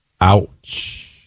Ouch